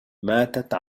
ماتت